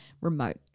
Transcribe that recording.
remote